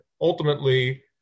ultimately